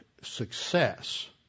success